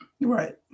right